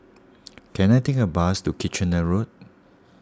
can I take a bus to Kitchener Road